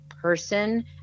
person